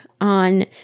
on